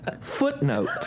Footnote